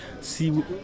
see